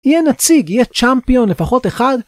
יהיה נציג, יהיה צ'אמפיון לפחות אחד.